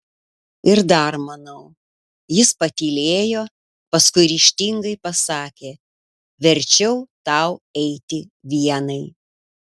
ir dar manau jis patylėjo paskui ryžtingai pasakė verčiau tau eiti vienai